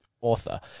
author